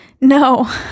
No